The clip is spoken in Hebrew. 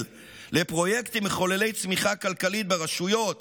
לפרויקטים מחוללי צמיחה כלכלית ברשויות